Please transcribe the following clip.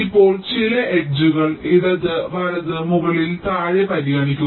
ഇപ്പോൾ ചില അറ്റങ്ങൾ ഇടത് വലത് മുകളിൽ താഴെ പരിഗണിക്കുക